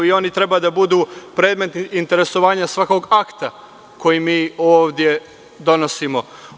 Oni treba da budu predmet interesovanja svakog akta koji mi ovde donosimo.